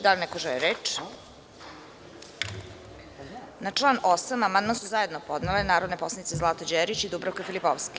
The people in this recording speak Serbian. Da li neko želi reč? (Ne.) Na član 8. amandman su zajedno podnele narodne poslanice Zlata Đerić i Dubravka Filipovski.